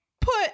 put